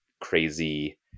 crazy